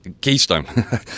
keystone